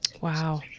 wow